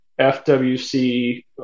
FWC